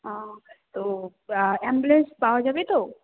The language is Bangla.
ওহ তো অ্যাম্বুলেন্স পাওয়া যাবে তো